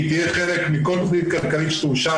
היא תהיה חלק מכל תוכנית כלכלית שתאושר